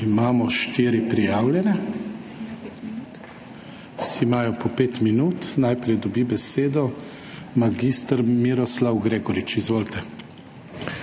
Imamo štiri prijavljene. Vsi imajo po pet minut. Najprej dobi besedo mag. Miroslav Gregorič. Izvolite.